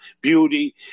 beauty